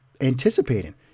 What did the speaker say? anticipating